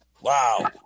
Wow